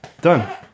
Done